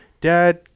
Dad